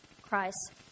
Christ